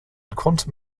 quantum